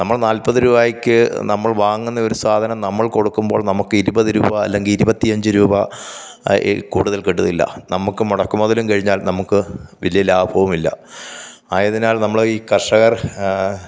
നമ്മൾ നാൽപ്പത് രൂപയ്ക്ക് നമ്മൾ വാങ്ങുന്ന ഒരു സാധനം നമ്മൾ കൊടുക്കുമ്പോൾ നമുക്ക് ഇരുപത് രൂപ അല്ലെങ്കിൽ ഇരുപത്തിയഞ്ച് രൂപ ആയി കൂടുതൽ കിട്ടുകയില്ല നമുക്ക് മുടക്ക് മുതലും കഴിഞ്ഞാൽ നമുക്ക് വലിയ ലാഭവുമില്ല ആയതിനാൽ നമ്മൾ ഈ കർഷകർ